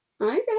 Okay